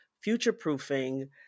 future-proofing